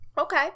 Okay